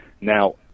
Now